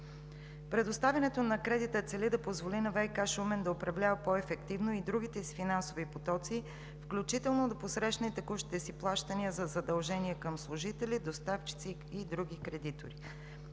Предоставянето на кредита цели да позволи на Вик – Шумен, да управлява по-ефективно и другите си финансови потоци, включително да посрещне и текущите си плащания за задължения към служители, доставчици и други кредитори.